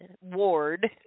ward